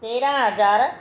तेरहां हज़ार